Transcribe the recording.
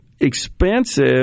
expensive